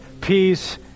peace